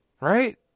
right